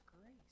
grace